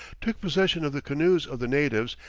took possession of the canoes of the natives,